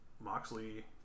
Moxley